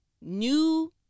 new